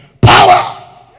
power